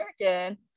American